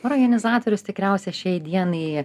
oro jonizatorius tikriausia šiai dienai